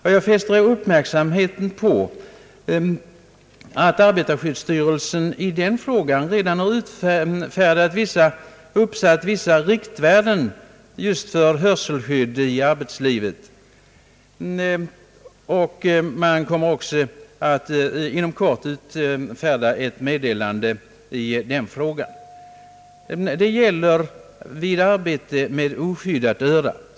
Jag vill fästa uppmärksamheten på att arbetarskyddsstyrelsen redan har uppsatt vissa riktvärden just för hörselskydd i arbetslivet, och man kommer också inom kort att utfärda ett meddelande i den frågan. Det gäller här arbete med oskyddat öra.